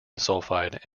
sulfide